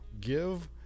give